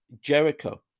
Jericho